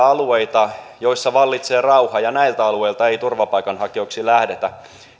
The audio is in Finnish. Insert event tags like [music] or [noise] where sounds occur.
[unintelligible] alueita joilla vallitsee rauha ja näiltä alueilta ei turvapaikanhakijoiksi lähdetä